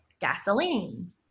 gasoline